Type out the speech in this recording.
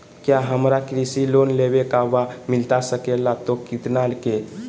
क्या हमारा कृषि लोन लेवे का बा मिलता सके ला तो कितना के?